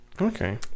Okay